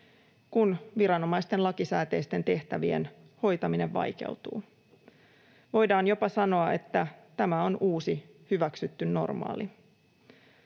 kun viranomaisten lakisääteisten tehtävien hoitaminen vaikeutuu. Voidaan jopa sanoa, että tämä on uusi, hyväksytty normaali.